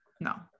No